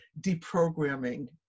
deprogramming